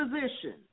position